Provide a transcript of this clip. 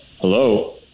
Hello